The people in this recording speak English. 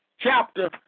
chapter